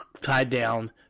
tied-down